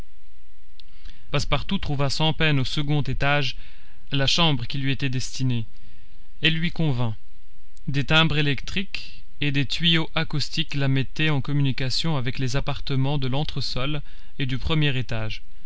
passepartout trouva sans peine au second étage la chambre qui lui était destinée elle lui convint des timbres électriques et des tuyaux acoustiques la mettaient en communication avec les appartements de l'entresol et du premier étage